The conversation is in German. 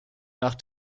nach